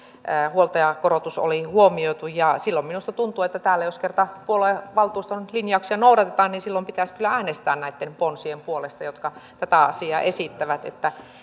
huoltajakorotus oli huomioitu ja silloin minusta tuntuu että jos täällä kerta puoluevaltuuston linjauksia noudatetaan niin silloin pitäisi kyllä äänestää näitten ponsien puolesta jotka tätä asiaa esittävät että